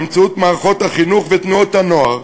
באמצעות מערכת החינוך ותנועות הנוער,